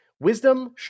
Wisdom